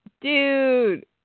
dude